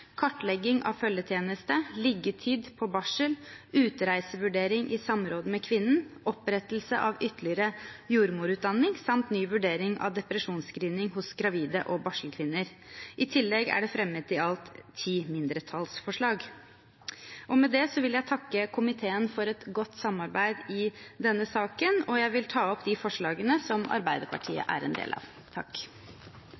kartlegging av følgetjeneste, liggetid på barsel, utreisevurdering i samråd med kvinnen, opprettelse av ytterligere jordmorutdanning samt ny vurdering av depresjonsscreening av gravide og barselkvinner. I tillegg er det fremmet i alt ti mindretallsforslag. Med det vil jeg takke komiteen for et godt samarbeid i denne saken, og jeg vil ta opp de forslagene som Arbeiderpartiet